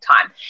time